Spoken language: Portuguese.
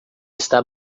está